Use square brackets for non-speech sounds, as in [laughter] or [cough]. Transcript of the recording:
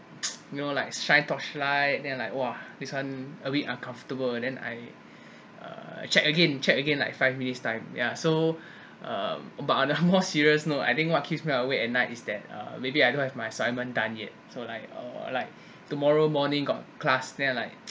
[noise] you know like torchlight and like !wah! this one uh a bit uncomfortable then I [breath] uh check again check again like five minutes time yeah so [breath] um but on a more serious I think what keeps me awake at night is that uh maybe I don't have my assignment done yet so like uh like tomorrow morning got class then I like [noise]